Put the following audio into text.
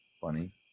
Funny